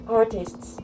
artists